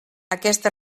aquesta